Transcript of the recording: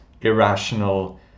irrational